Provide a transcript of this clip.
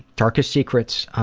darkest secrets?